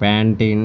Pantene